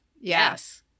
Yes